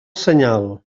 senyal